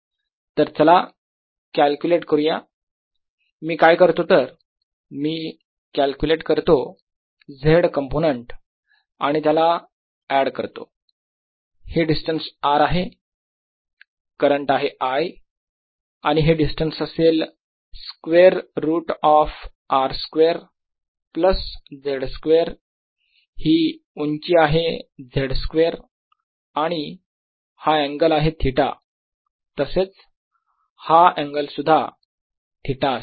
तर चला कॅलक्युलेट करूयात मी काय करतो तर मी कॅलक्युलेट करतो z कंपोनेंट आणि त्याला ऍड करतो हे डिस्टन्स r आहे करंट आहे I आणि हे डिस्टन्स असेल square root of R square plus z square हि उंची आहे z स्क्वेअर आणि हा अँगल आहे थिटा तसेच हा ऍंगल सुद्धा थिटा असेल